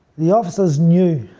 the officers knew,